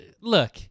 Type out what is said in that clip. look